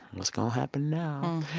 what's going happen now?